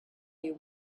you